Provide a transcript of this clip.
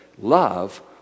love